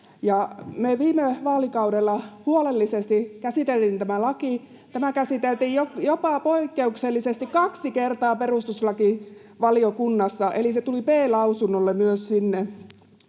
viime vaalikaudella huolellisesti käsiteltiin tämä laki. Tämä käsiteltiin jopa poikkeuksellisesti kaksi kertaa perustuslakivaliokunnassa, eli se tuli B-lausunnolle myös sinne.